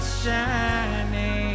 shining